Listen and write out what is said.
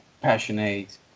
passionate